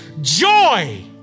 joy